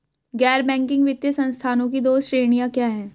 गैर बैंकिंग वित्तीय संस्थानों की दो श्रेणियाँ क्या हैं?